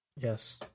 Yes